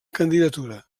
candidatura